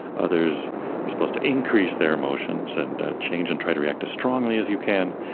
others were supposed to increase their emotions and change and try to react as strongly as you can.